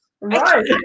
Right